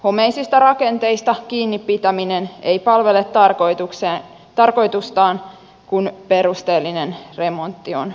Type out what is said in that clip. homeisista rakenteista kiinni pitäminen ei palvele tarkoitustaan kun perusteellinen remontti on tarpeellinen